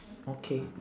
okay